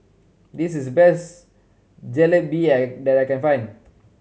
this is the best Jalebi I that I can find